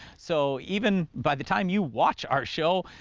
so even by the time you watch our show,